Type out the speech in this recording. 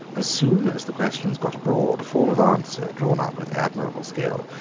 as soon as the questions got abroad, a form of answer, drawn up with admirable skill,